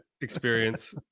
experience